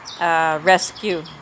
rescue